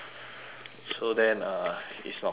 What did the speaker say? so then uh it's not cold at all ah